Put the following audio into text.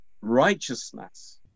righteousness